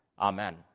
Amen